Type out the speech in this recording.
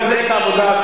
מפלגת העבודה,